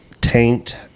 taint